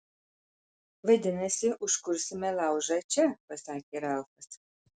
vadinasi užkursime laužą čia pasakė ralfas